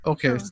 Okay